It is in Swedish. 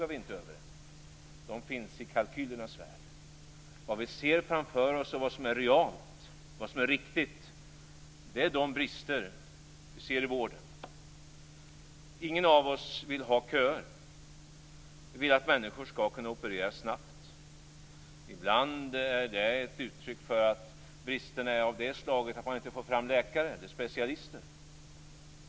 Det vi ser framför oss, det som är realt och riktigt, är bristerna i vården. Ingen av oss vill ha köer. Ibland är köerna ett uttryck för att bristerna är av det slaget att man inte får fram läkare eller specialister.